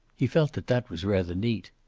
he felt that that was rather neat.